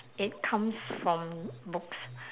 it comes from books